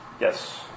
Yes